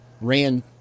ran